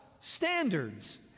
standards